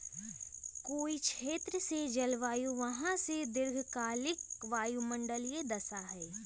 कोई क्षेत्र के जलवायु वहां के दीर्घकालिक वायुमंडलीय दशा हई